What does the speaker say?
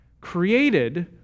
Created